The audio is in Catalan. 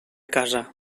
casa